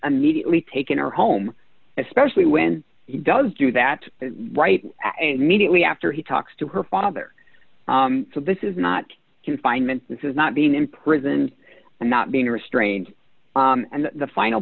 immediately taken her home especially when he does do that right and meet me after he talks to her father so this is not confinement this is not being in prison and not being restrained and the final